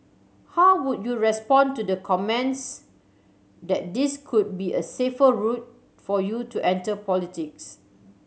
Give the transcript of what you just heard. how would you respond to the comments that this could be a safer route for you to enter politics